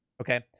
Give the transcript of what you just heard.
Okay